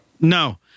No